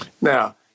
Now